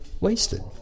wasted